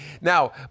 Now